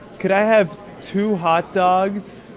could i have two hot dogs,